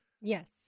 Yes